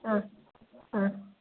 हा हा